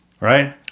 Right